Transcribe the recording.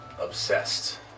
obsessed